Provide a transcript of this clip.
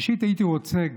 אישית הייתי רוצה,